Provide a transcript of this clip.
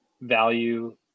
value